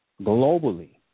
globally